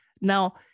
Now